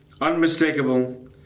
unmistakable